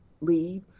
Leave